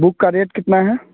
book का rate कितना है